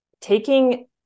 taking